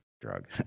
drug